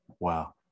Wow